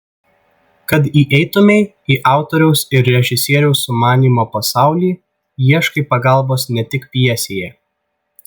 kad įeitumei į autoriaus ir režisieriaus sumanymo pasaulį ieškai pagalbos ne tik pjesėje